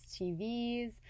TVs